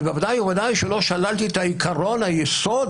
אבל ודאי וודאי לא שללתי את עיקרון היסוד,